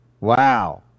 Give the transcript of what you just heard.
Wow